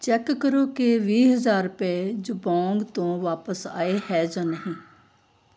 check ਕਰੋ ਕਿ ਵੀਹ ਹਜ਼ਾਰ ਰੁਪਏ ਜਬੋਂਗ ਤੋਂ ਵਾਪਸ ਆਏ ਹੈ ਜਾਂ ਨਹੀਂ